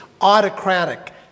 autocratic